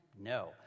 No